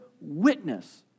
witness